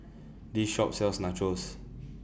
This Shop sells Nachos